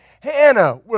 Hannah